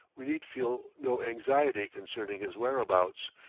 we need feel no anxiety concerning his whereabouts,